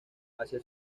asia